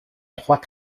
trois